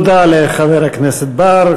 תודה לחבר הכנסת בר.